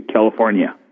California